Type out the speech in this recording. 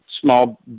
small